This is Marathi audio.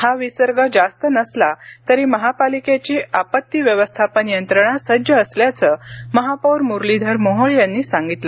हा विसर्ग जास्त नसला तरी महापालिकेची आपत्ती व्यवस्थापन यंत्रणा सज्ज असल्याचं महापौर मुरलीधर मोहोळ यांनी सांगितलं